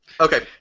Okay